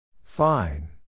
Fine